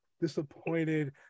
disappointed